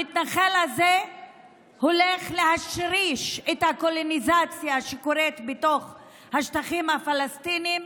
המתנחל הזה הולך להשריש את הקולוניזציה שקורית בתוך השטחים הפלסטיניים,